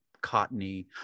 cottony